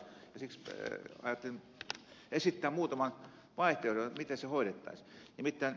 siksi ajattelin esittää muutaman vaihtoehdon miten se hoidettaisiin